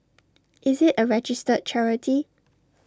is IT A registered charity